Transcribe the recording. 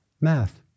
math